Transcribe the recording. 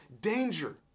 danger